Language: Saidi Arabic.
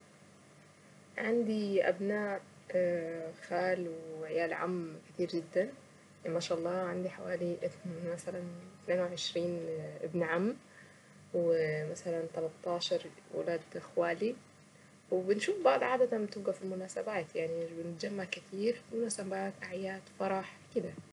عندي ابناء خال وعيال عم كتير جدا ما شاء الله عندي حوالي مثلا اتنين وعشرين ابن عم و مثلا تلات عشر ولاد اخوالي وبنشوف بعض عادة بتبقى في المناسبات يعني بنتجمع كتير مناسبات اعياد فرح كذه.